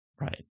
Right